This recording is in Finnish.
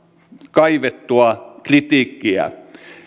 kaivettua kritiikkiä